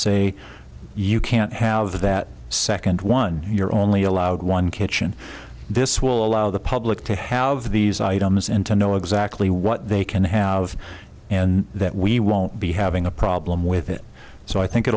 say you can't have that second one you're only allowed one kitchen this will allow the public to have these items and to know exactly what they can have and that we won't be having a problem with it so i think it